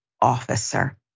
officer